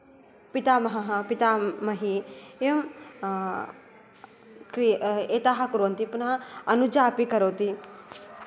पितामह पितामही एवं क्रिय एताः कुर्वन्ति पुन अनुजापि करोति